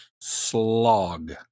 slog